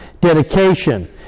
Dedication